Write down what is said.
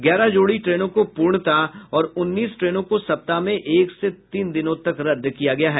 ग्यारह जोड़ी ट्रेनो को पूर्णतः और उन्नीस ट्रेनों को सप्ताह मे एक से तीन दिनों तक रद्द किया है